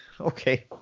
okay